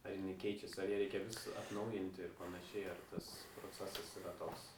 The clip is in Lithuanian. ar jinai keičiasi ar ją reikia vis atnaujinti ir panašiai ar tas procesas yra toks